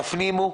תפנימו,